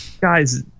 guys